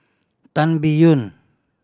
Ban Biyun